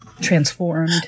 transformed